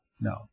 No